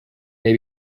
may